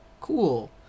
cool